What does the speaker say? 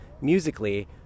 musically